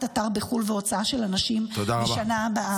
אתר בחו"ל והוצאה של אנשים בשנה הבאה.